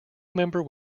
member